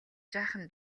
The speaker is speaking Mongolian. жаахан